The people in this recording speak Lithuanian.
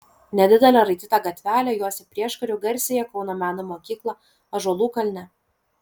nedidelė raityta gatvelė juosia prieškariu garsiąją kauno meno mokyklą ąžuolų kalne